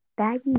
Baggy